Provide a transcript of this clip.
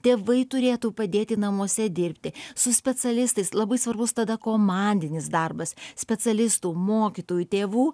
tėvai turėtų padėti namuose dirbti su specialistais labai svarbus tada komandinis darbas specialistų mokytojų tėvų